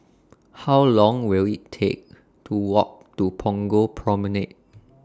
How Long Will IT Take to Walk to Punggol Promenade